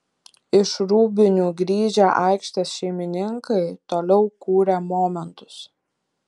iš rūbinių grįžę aikštės šeimininkai toliau kūrė momentus